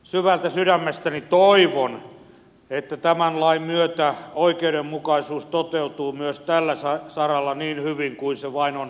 syvältä sydämestäni toivon että tämän lain myötä oikeudenmukaisuus toteutuu myös tällä saralla niin hyvin kuin se vain on mahdollista